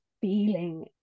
feeling